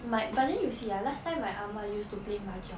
might but then you see ah last time my ah ma used to play mahjong